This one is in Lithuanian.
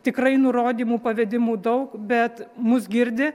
tikrai nurodymų pavedimų daug bet mus girdi